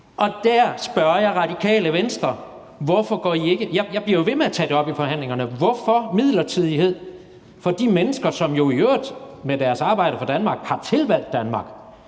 og der spurgte jeg Radikale Venstre, hvorfor der var den midlertidighed for de mennesker, som jo i øvrigt med deres arbejde for Danmark har tilvalgt Danmark